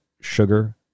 Sugar